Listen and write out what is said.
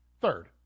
Third